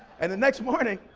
and the next morning,